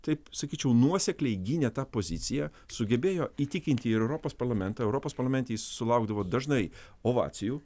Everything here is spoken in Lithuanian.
taip sakyčiau nuosekliai gynė tą poziciją sugebėjo įtikinti ir europos parlamentą europos parlamente jis sulaukdavo dažnai ovacijų